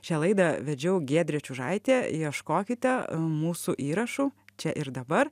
šią laidą vedžiau giedrė čiužaitė ieškokite mūsų įrašų čia ir dabar